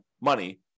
money